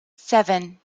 seven